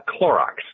Clorox